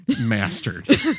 mastered